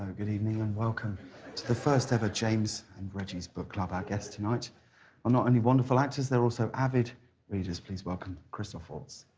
good evening and welcome to the first ever james' and reggie's book club. our guests tonight are not only wonderful actors. they're also avid readers. please welcome christoph waltz.